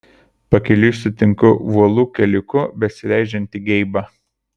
pakeliui sutinku uolų keliuku besileidžiantį geibą